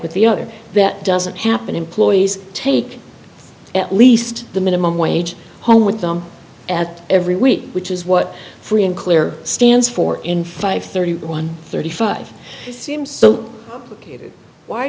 with the other that doesn't happen employees take at least the minimum wage home with them at every week which is what free and clear stands for in five thirty one thirty five seems so